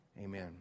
Amen